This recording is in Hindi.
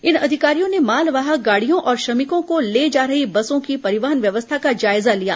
इन अधिकारियों ने मालवाहक गाडियों और श्रमिकों को ले जा रही बसों की परिवहन व्यवस्था का जायजा लिया